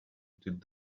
did